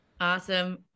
Awesome